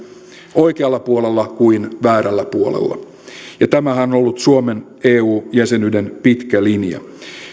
oikealla puolella kuin väärällä puolella tämähän on ollut suomen eu jäsenyyden pitkä linja